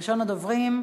ראשון הדוברים,